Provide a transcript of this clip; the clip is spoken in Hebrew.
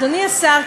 אדוני השר,